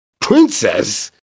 princess